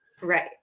right